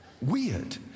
Weird